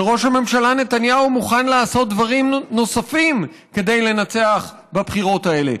וראש הממשלה נתניהו מוכן לעשות דברים נוספים כדי לנצח בבחירות האלה.